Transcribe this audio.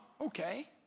Okay